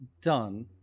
done